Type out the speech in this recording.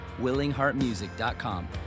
willingheartmusic.com